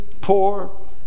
poor